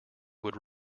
would